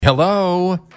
hello